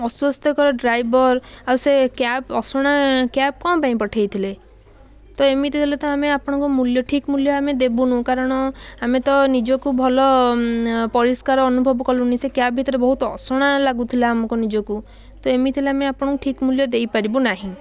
ଅସ୍ଵସ୍ଥକର driver ଆଉ ସେ cab ସେ ଅସନା କ୍ୟାବ୍ କ'ଣ ପାଇଁ ପଠେଇଥିଲେ ତ ଏମିତି ହେଲେ ତ ଆମେ ଆପଣଙ୍କ ମୂଲ୍ୟ ଠିକ୍ ମୂଲ୍ୟ ଆମେ ଦେବୁନୁ କାରଣ ଆମେ ତ ନିଜକୁ ଭଲ ପରିସ୍କାର ଅନୁଭବ କଲୁନୁ ସେ କ୍ୟାବ୍ ଭିତରେ ବହୁତ ଅସନା ଲାଗୁଥିଲା ଆମକୁ ନିଜକୁ ତ ଏମିତି ହେଲେ ଆମେ ଆପଣଙ୍କୁ ଠିକ୍ ମୂଲ୍ୟ ଦେଇପାରିବୁ ନାହିଁ